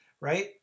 right